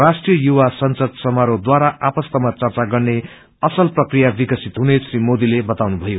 राष्ट्रिय युवा संसद सामारोहद्वारा आपस्तमा चर्चा गर्ने असल प्रक्रिया विकसित हुने श्री मोदीले बताउनुभयो